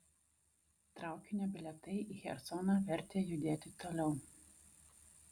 traukinio bilietai į chersoną vertė judėti toliau